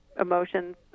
emotions